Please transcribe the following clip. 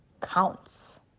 counts